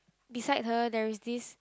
beside her there is this